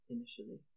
Initially